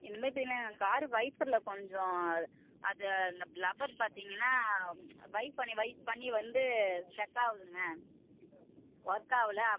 இந்தமாதிரி பின்னே காரு வைப்பரில் கொஞ்சம் அது அந்த லப்பர் பார்த்தீங்கன்னா வைப் பண்ணி வைப் பண்ணி வந்து ஸ்டக் ஆகுதுங்க ஒர்க் ஆகல